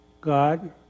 God